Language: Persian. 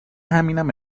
همینم